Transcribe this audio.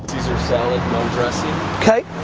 salad, no dressing kay.